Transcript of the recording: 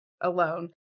alone